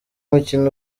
mukino